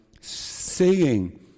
singing